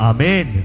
Amen